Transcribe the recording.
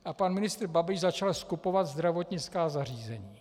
A pan ministr Babiš začal skupovat zdravotnická zařízení.